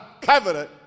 covenant